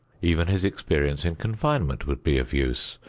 even his experience in confinement would be of use,